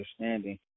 understanding